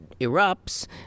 erupts